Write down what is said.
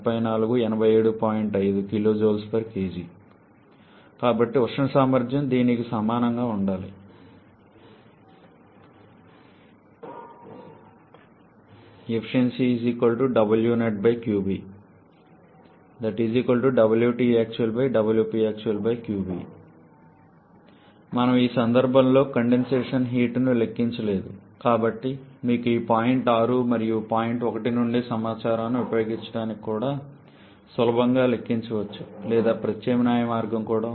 5 𝑘𝐽𝑘g కాబట్టి ఉష్ణ సామర్థ్యం దీనికి సమానంగా ఉండాలి మనము ఈ సందర్భంలో కండెన్సేషన్ హీట్ను లెక్కించలేదు కానీ మీకు పాయింట్ 6 మరియు పాయింట్ 1 నుండి సమాచారాన్ని ఉపయోగించి కూడా సులభంగా లెక్కించవచ్చు లేదా ప్రత్యామ్నాయ మార్గం కూడా ఉంది